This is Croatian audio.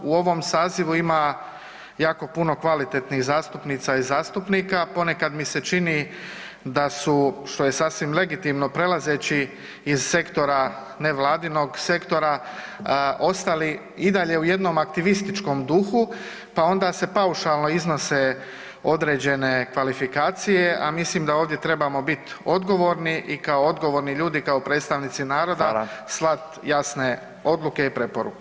U ovom sazivu ima jako puno kvalitetnih zastupnica i zastupnika ponekad mi se čini da su što je sasvim legitimno prelazeći iz sektora nevladinog sektora ostali i dalje u jednom aktivističkom duhu pa onda se paušalno iznose određene kvalifikacije, a mislim da ovdje trebamo biti odgovorni i kao odgovorni ljudi kao predstavnici naroda [[Upadica: Hvala.]] slat jasne odluke i preporuke.